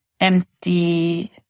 empty